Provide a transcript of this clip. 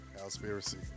conspiracy